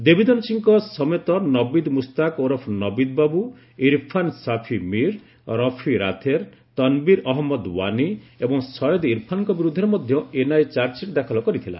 ଦେବିନ୍ଦର ସିଂହଙ୍କ ସମେତ ନବିଦ୍ ମୁସ୍ତାକ ଓରଫ୍ ନବିଦ୍ ବାବୁ ଇର୍ଫାନ୍ ସାଫି ମିର୍ ରଫି ରାଥେର ତନବିର ଅହମ୍ମଦ ୱାନି ଏବଂ ସୟଦ ଇର୍ଫାନଙ୍କ ବିରୁଦ୍ଧରେ ମଧ୍ୟ ଏନ୍ଆଇଏ ଚାର୍ଜସିଟ୍ ଦାଖଲ କରିଥିଲା